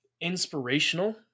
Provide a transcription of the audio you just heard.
inspirational